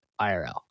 IRL